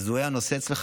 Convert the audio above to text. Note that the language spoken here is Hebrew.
הנושא יזוהה אצלך.